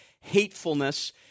hatefulness